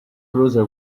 cruiser